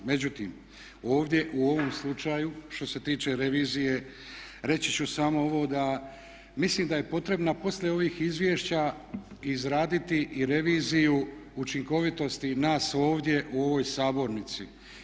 Međutim, ovdje u ovom slučaju što se tiče revizije reći ću samo ovo da mislim da je potrebna poslije ovih izvješća izraditi i reviziju učinkovitosti nas ovdje u ovoj sabornici.